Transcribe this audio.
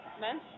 Men